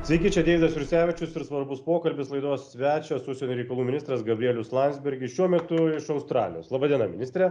sveiki čia deividas jursevičius ir svarbus pokalbis laidos svečias užsienio reikalų ministras gabrielius landsbergis šiuo metu iš australijos laba diena ministre